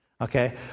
Okay